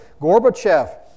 Gorbachev